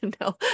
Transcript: No